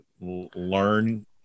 learn